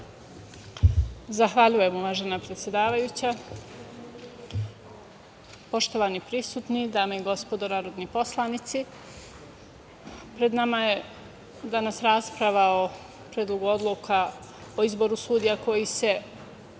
Zahvaljujem, uvažena predsedavajuća. Poštovani prisutni, dame i gospodo narodni poslanici, pred nama je danas rasprava o predlogu odluka o izboru sudija koji se